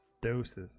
Doses